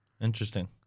Interesting